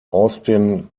austin